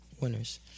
winners